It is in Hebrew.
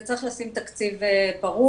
וצריך לשים תקציב ברור,